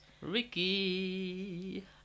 Ricky